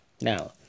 Now